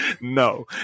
No